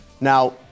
Now